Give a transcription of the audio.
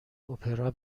اپرا